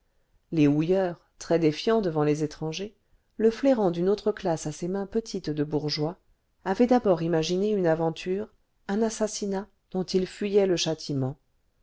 les houilleurs très défiants devant les étrangers le flairant d'une autre classe à ses mains petites de bourgeois avaient d'abord imaginé une aventure un assassinat dont il fuyait le châtiment